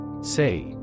Say